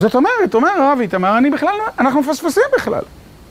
זאת אומרת, אומר רבי, אתה אמר, אני בכלל, אנחנו מפספסים בכלל.